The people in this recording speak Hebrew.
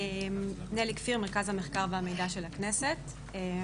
אני ממרכז המחקר והמידע של הכנסת.